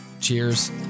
Cheers